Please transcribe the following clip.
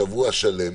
שבוע שלם